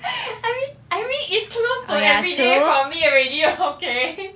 I mean I mean it's close to everyday for me already okay